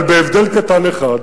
אבל בהבדל קטן אחד: